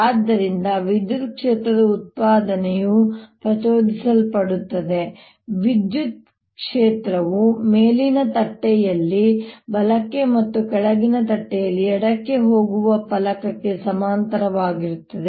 ಆದ್ದರಿಂದ ವಿದ್ಯುತ್ ಕ್ಷೇತ್ರದ ಉತ್ಪಾದನೆಯು ಪ್ರಚೋದಿಸಲ್ಪಡುತ್ತದೆ ವಿದ್ಯುತ್ ಕ್ಷೇತ್ರವು ಮೇಲಿನ ತಟ್ಟೆಯಲ್ಲಿ ಬಲಕ್ಕೆ ಮತ್ತು ಕೆಳಗಿನ ತಟ್ಟೆಯಲ್ಲಿ ಎಡಕ್ಕೆ ಹೋಗುವ ಫಲಕಕ್ಕೆ ಸಮಾನಾಂತರವಾಗಿರುತ್ತದೆ